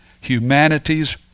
humanity's